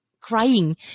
crying